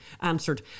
answered